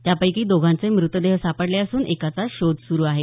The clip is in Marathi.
त्यापैकी दोघांचे मृतदेह सापडले असून एकाचा शोध सुरू आहे